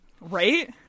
right